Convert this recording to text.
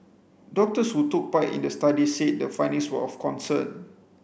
doctors who took part in the study said the findings were of concern